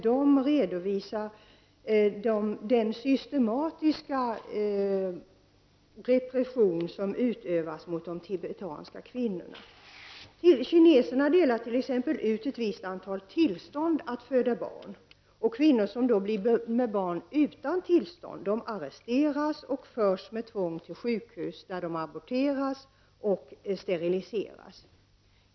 De redovisade den systematiska repression som utövas mot de tibetanska kvinnorna. Kineserna delar t.ex. ut ett visst antal tillstånd att föda barn. Kvinnor som blir med barn utan tillstånd arresteras och förs med tvång till sjukhus där de aborteras och steriliseras.